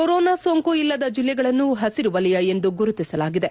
corona ಸೋಂಕು ಇಲ್ಲದ ಜಿಲ್ಲೆಗಳನ್ನು ಹಸಿರು ವಲಯ ಎಂದು ಗುರುತಿಸಲಾಗಿದೆ